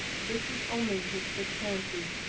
this was only his sick fancy,